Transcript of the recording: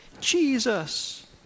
Jesus